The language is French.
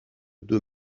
deux